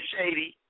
Shady